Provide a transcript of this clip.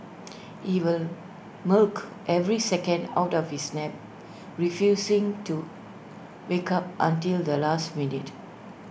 he will milk every second out of his nap refusing to wake up until the last minute